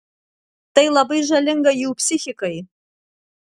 tai labai žalinga jų psichikai